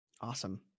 Awesome